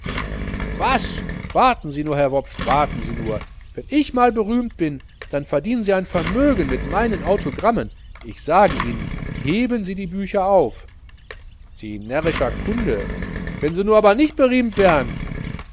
was warten sie nur herr wopf warten sie nur wenn ich mal berühmt bin dann verdienen sie ein vermögen mit meinen autogrammen ich sage ihnen heben sie sich die bücher auf sie närrscher kunde wenn se nu aber nich berihmt wer'n